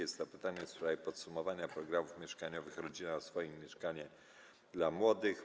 Jest to pytanie w sprawie podsumowania programów mieszkaniowych „Rodzina na swoim” i „Mieszkanie dla młodych”